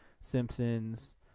Simpsons